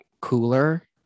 cooler